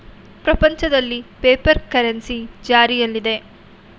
ಪ್ರಪಂಚದಲ್ಲಿ paper currency ಜಾರಿಯಲ್ಲಿದೆ